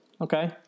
Okay